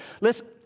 Listen